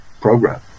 program